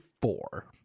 four